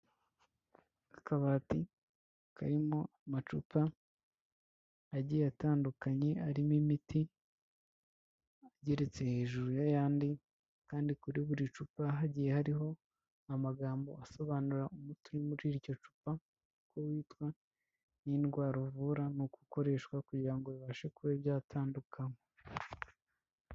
Akabati karimo amacupa agiye atandukanye arimo imiti igeretse hejuru y'ayandi kandi kuri buri cupa hagiye hariho amagambo asobanura umuti uri muri iryo cupa, uko witwa n'indwara uvura n'uko ukoreshwa kugira ngo bibashe kuba byatandukanywa.